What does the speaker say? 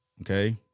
okay